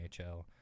NHL